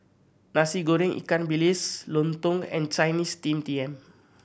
Nasi Goreng ikan bilis lontong and Chinese Steamed Yam